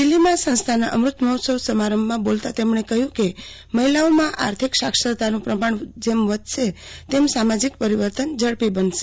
દિલ્હીમાં સંસ્થાના અમત મહોત્સવ સમારંભમાં બોલતા તેમણે કહ્યું કે મહિલાઓમાં આર્થિક સાક્ષરતાનું પ્રમાણ જેમ વધશે તેમ સામાજિક પરિવર્તન ઝડપી બનશે